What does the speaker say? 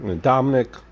Dominic